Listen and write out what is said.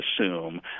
assume